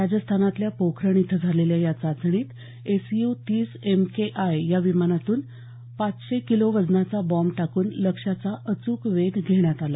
राजस्थानातल्या पोखरण इथं झालेल्या या चाचणीत एसयू तीस एमकेआय या विमानातून पाचशे किलो वजनाचा बॉम्ब टाकून लक्ष्याचा अचूक वेध घेण्यात आला